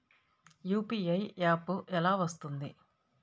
UPI app ఎలా వస్తుంది?